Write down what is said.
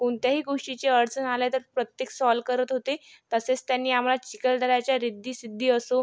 कोणत्याही गोष्टीची अडचण आल्या तर प्रत्येक सॉल्व्ह करत होते तसेच त्यांनी आम्हाला चिखलदऱ्याच्या रिद्धी सिद्धी असो